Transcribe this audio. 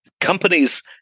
companies